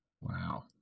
Wow